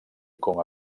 com